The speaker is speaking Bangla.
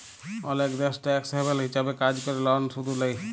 অলেক দ্যাশ টেকস হ্যাভেল হিছাবে কাজ ক্যরে লন শুধ লেই